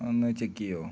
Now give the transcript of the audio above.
ഒന്ന് ചെക്ക് ചെയ്യുമോ